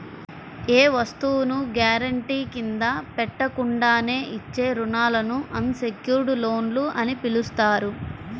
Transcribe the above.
ఏ వస్తువును గ్యారెంటీ కింద పెట్టకుండానే ఇచ్చే రుణాలను అన్ సెక్యుర్డ్ లోన్లు అని పిలుస్తారు